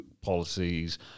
policies